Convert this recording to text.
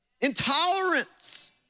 intolerance